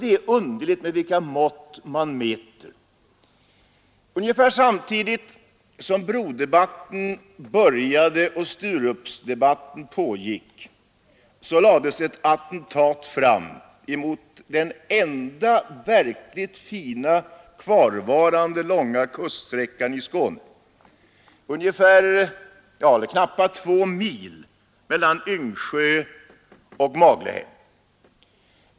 Det är underligt med vilka mått man mäter! Ungefär samtidigt som brodebatten började och Sturupsdebatten pågick gjordes ett attentat mot den enda verkligt fina kvarvarande långa kuststräckan i Skåne, de knappa 2 milen mellan Yngsjö och Maglehem.